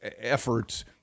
efforts